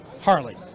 Harley